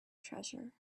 treasure